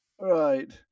Right